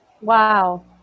wow